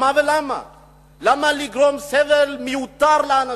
למה לגרום סבל מיותר לאנשים?